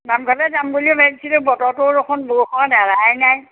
নামঘৰলৈ যাম ভাবিছিলোঁ বতৰটো দেখোন বৰষুণ এৰাই নাই